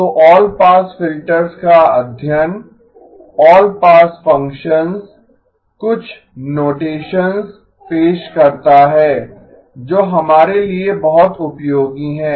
तो all pass filters का अध्ययन ऑल पास फ़ंक्शंस कुछ नोटेसंस पेश करता है जो हमारे लिए बहुत उपयोगी है